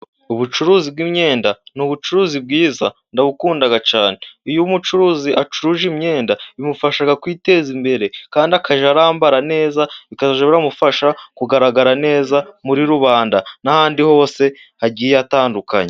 Ubucuruzi bw'imyenda ni ubucuruzi bwiza ndabukunda cyane, iyo umucuruzi acuruje imyenda bimufasha kwiteza imbere kandi akajya arambara neza, bikajya biramufasha kugaragara neza muri rubanda n'ahandi hose hagiye atandukanye.